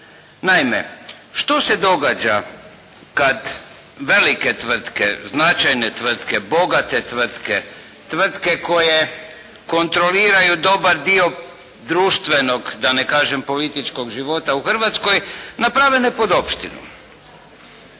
Naime što se događa kada velike tvrtke, značajne tvrtke, bogate tvrtke, tvrtke koje kontroliraju dobar dio društvenog da ne kažem političkog života u Hrvatskoj, naprave nepodopštinu.